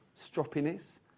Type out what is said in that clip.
stroppiness